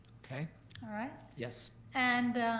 okay. all right. yes? and